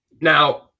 now